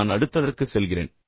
நான் அடுத்ததற்கு செல்கிறேன்